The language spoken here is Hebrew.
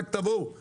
רק תבואו